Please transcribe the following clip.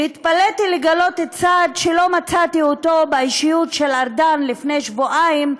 והתפלאתי לגלות צד שלא מצאתי אותו באישיות של ארדן לפני שבועיים,